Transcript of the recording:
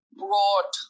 broad